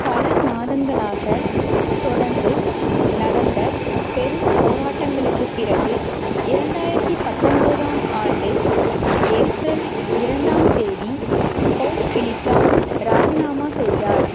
பல மாதங்களாக தொடந்து நடந்த பெரும் போராட்டங்களுக்குப் பிறகு இரண்டாயிரத்தி பத்தொம்பதாம் ஆண்டு ஏப்ரல் இரண்டாம் தேதி பௌட்ஃபிலிகா ராஜினாமா செய்தார்